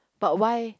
but why